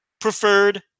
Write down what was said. preferred